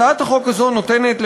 הצעת החוק הזו נותנת,